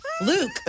Luke